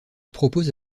propose